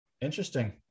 Interesting